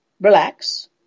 relax